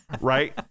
Right